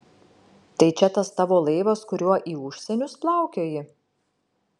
tai čia tas tavo laivas kuriuo į užsienius plaukioji